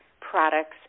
products